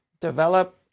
develop